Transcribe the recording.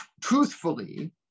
truthfully